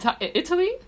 Italy